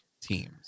teams